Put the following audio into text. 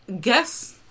Guess